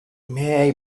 may